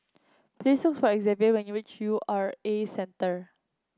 please look for Xzavier when you reach U R A Centre